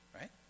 right